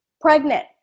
pregnant